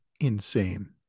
insane